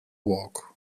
walk